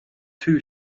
too